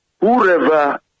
Whoever